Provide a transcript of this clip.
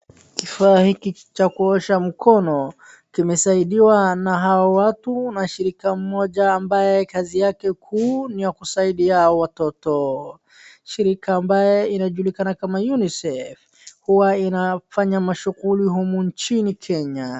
Kifaa hiki cha kuosha mkono, kimesaidiwa na hawa watu na shirika moja ambaye kazi yake kuu ni ya kusaidia watoto. Shirika ambaye inajulikana kama UNICEF huwa inafanya mashughuli humu nchini Kenya.